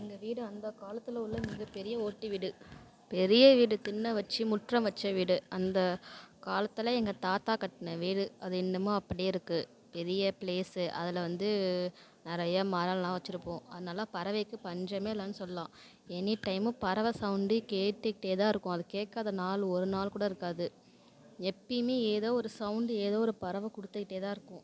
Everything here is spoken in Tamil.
எங்கள் வீடு அந்த காலத்தில் உள்ள மிக பெரிய ஓட்டு வீடு பெரிய வீடு திண்ணை வச்சு முற்றம் வெச்ச வீடு அந்த காலத்தில் எங்கள் தாத்தா கட்டின வீடு அது இன்னுமும் அப்படியே இருக்குது பெரிய ப்ளேஸ்ஸு அதில் வந்து நிறைய மரம்லாம் வச்சுருப்போம் அதனால பறவைக்கு பஞ்சம் இல்லைன்னு சொல்லலாம் எனிடைமும் பறவை சவுண்டு கேட்டுக்கிட்டே தான் இருக்கும் அது கேக்காம நாள் ஒரு நாள் கூட இருக்காது எப்பயும் ஏதோ ஒரு சவுண்டு ஏதோ ஒரு பறவை கொடுத்துக்கிட்டே தான் இருக்கும்